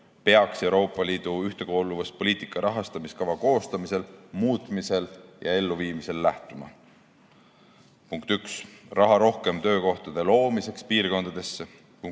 peaks Euroopa Liidu ühtekuuluvuspoliitika rahastamiskava koostamisel, muutmisel ja elluviimisel lähtuma. Punkt üks, rohkem raha töökohtade loomiseks piirkondadesse;